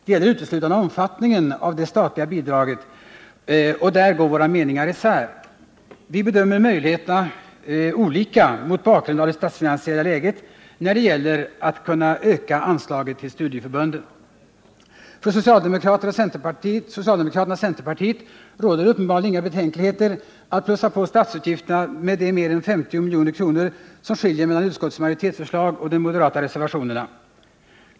Det gäller uteslutande omfattningen av det statliga bidraget, och där går våra meningar isär. Vi bedömer möjligheterna olika mot bakgrund av det statsfinansiella läget när det gäller att kunna öka anslaget till studieförbunden. För socialdemokraterna och centerpartiet råder det uppenbarligen inga betänkligheter att plussa på statsutgifterna med de mer än 50 milj.kr. som skiljer mellan utskottets majoritetsförslag och de moderata reservationerna.